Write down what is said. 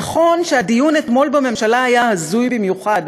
נכון שהדיון אתמול בממשלה היה הזוי במיוחד,